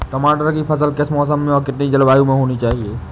टमाटर की फसल किस मौसम व कितनी जलवायु में होनी चाहिए?